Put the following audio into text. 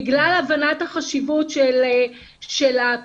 בגלל הבנת החשיבות של הפילוח,